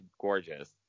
gorgeous